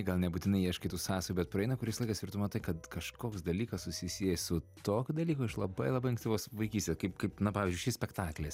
gal nebūtinai ieškai tų sąsajų bet praeina kuris laikas ir tu matai kad kažkoks dalykas susisieja su tokiu dalyku iš labai labai ankstyvos vaikystės kaip kaip na pavyzdžiui spektaklis